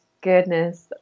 goodness